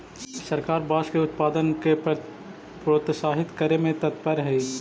सरकार बाँस के उत्पाद के प्रोत्साहित करे में तत्पर हइ